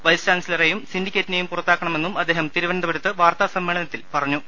vice ചാൻസിലറെയും സിൻഡി ക്കേറ്റിനെയും പുറത്താക്കണമെന്നും അദ്ദേഹം തിരുവനന്തപുരത്ത് വാർത്താ സമ്മേളനത്തിൽ പറഞ്ഞു